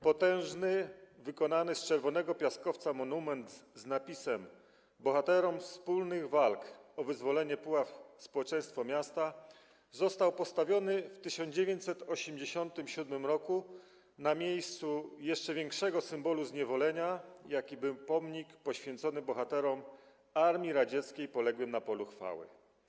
Potężny, wykonany z czerwonego piaskowca monument z napisem „Bohaterom wspólnych walk o wyzwolenie Puław - społeczeństwo miasta” został postawiony w 1987 r. na miejscu jeszcze większego symbolu zniewolenia, jakim był pomnik poświęcony bohaterom armii radzieckiej poległym na polu chwały.